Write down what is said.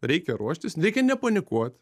reikia ruoštis reikia nepanikuot